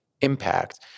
impact